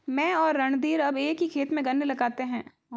मैं और रणधीर अब एक ही खेत में गन्ने लगाते हैं